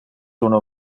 uno